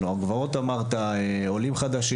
לנוער גבעות ועולים חדשים.